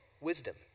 wisdom